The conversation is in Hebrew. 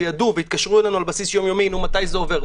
ידעו והתקשרו אלינו על בסיס יומיומי לדעת מתי זה עובר.